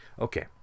okay